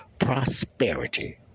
Prosperity